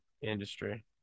industry